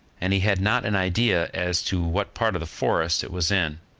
and he had not an idea as to what part of the forest it was in.